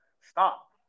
Stop